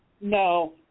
No